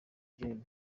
gen